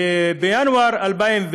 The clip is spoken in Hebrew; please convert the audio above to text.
ובינואר 2016